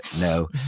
no